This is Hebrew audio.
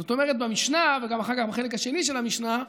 זאת אומרת, במשנה, ואחר כך גם בחלק השני של המשנה,